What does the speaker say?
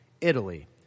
Italy